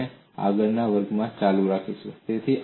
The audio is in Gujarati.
આપણે તેને આગળના વર્ગમાં ચાલુ રાખીશું